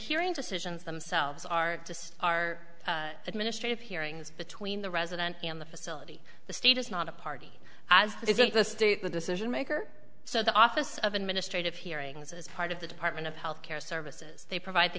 aring decisions themselves are to our administrative hearings between the resident in the facility the state is not a party as it is in the state the decision maker so the office of administrative hearings as part of the department of health care services they provide the